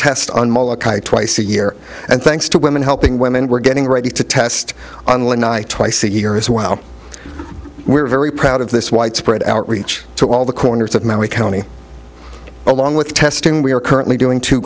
test twice a year and thanks to women helping women we're getting ready to test online twice a year as well we're very proud of this widespread outreach to all the corners of memory county along with testing we are currently doing two